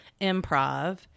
improv